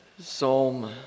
Psalm